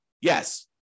Yes